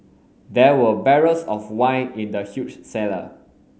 there were barrels of wine in the huge cellar